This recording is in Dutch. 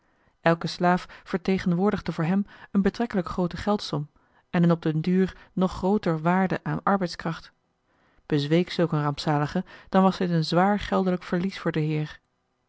elke slaaf vertegenwoordigde voor hem een betrekkelijk groote geldsom en een op den duur nog grooter waarde aan arbeidskracht bezweek zulk een rampzalige dan was dit een zwaar geldelijk verlies voor den heer